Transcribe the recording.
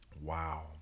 Wow